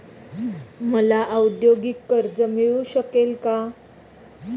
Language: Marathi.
मला औद्योगिक कर्ज मिळू शकेल का?